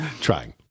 trying